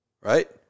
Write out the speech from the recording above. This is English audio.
right